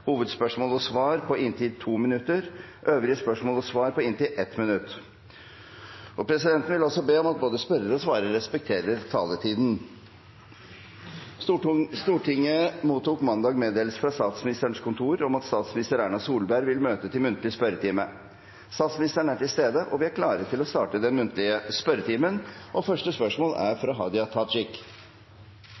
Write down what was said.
inntil 2 minutter til hovedspørsmål og svar, og inntil 1 minutt til øvrige spørsmål og svar. Presidenten vil også be om at både spørrer og svarer respekterer taletiden. Stortinget mottok mandag meddelelse fra statsministerens kontor om at statsminister Erna Solberg vil møte til muntlig spørretime. Statsministeren er til stede, og vi er klare til å starte den muntlige spørretimen. Første hovedspørsmål er fra Hadia Tajik.